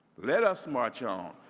let us march on.